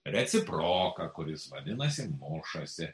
reciproką kuris vadinasi mušasi